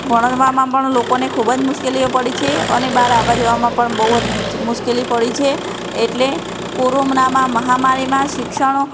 ભણવામાં પણ લોકોને ખૂબ જ મુશ્કેલીઓ પડી છે અને બહાર આવવા જવામાં પણ બહુ જ મુશ્કેલી પડી છે એટલે કોરોમનામાં મહામારીમાં શિક્ષણ